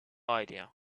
idea